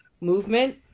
movement